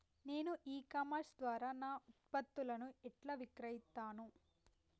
నేను e commerce ద్వారా నా ఉత్పత్తులను ఎట్లా విక్రయిత్తను?